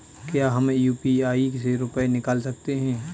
क्या हम यू.पी.आई से रुपये निकाल सकते हैं?